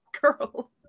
girl